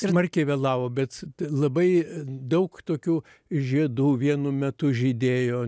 smarkiai vėlavo bet labai daug tokių žiedų vienu metu žydėjo